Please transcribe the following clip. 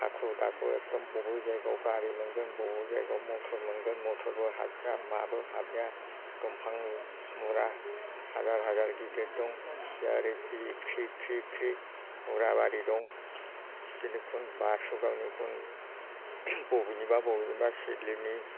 हाखु दाखु एखदम बबे जायगायाव गारि मोनगोन बबाव जायगायाव मटर मोनगोन मटरबो हाबजाया माबो हाबजाया दंफां मुरा हाजार हाजार गिदिर दं ख्रि ख्रि ख्रि ख्रि मुराबारि दं दिनै खुन बासुगावनि खुन बबेनिबा बबेनिबा सिडलिनि